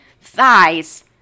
thighs